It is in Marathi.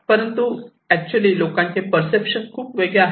परंतु ऍक्च्युली लोकांचे पर्सेप्शन खूप वेगळे आहे